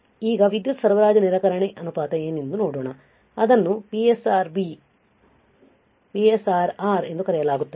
ಈಗ ವಿದ್ಯುತ್ ಸರಬರಾಜು ನಿರಾಕರಣೆ ಅನುಪಾತpower supply rejection ratio ಏನೆಂದು ನೋಡೋಣ ಅದನ್ನು PSRR ಎಂದು ಕರೆಯಲಾಗುತ್ತದೆ